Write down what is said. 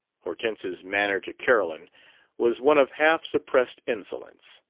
hortense's manner to carolyn was one of half-suppressed insolence.